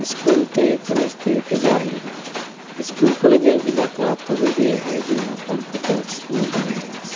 ᱥᱠᱩᱞᱛᱮ ᱠᱚᱞᱮᱡᱽᱛᱮ ᱵᱷᱮᱡᱟ ᱦᱩᱭᱩᱜᱼᱟ ᱥᱠᱩᱞ ᱠᱚᱞᱮᱡᱮ ᱵᱷᱮᱡᱟ ᱠᱚᱣᱟ ᱛᱚᱵᱮᱜᱮ ᱟᱡ ᱨᱮᱱ ᱦᱚᱯᱚᱱ ᱠᱚᱠᱚ ᱥᱤᱠᱷᱱᱟᱹᱛ ᱫᱟᱲᱮᱭᱟᱜᱼᱟ